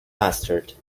mustard